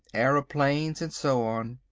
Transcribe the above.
aeroplanes, and so on.